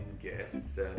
guests